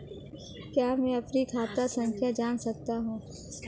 क्या मैं अपनी खाता संख्या जान सकता हूँ?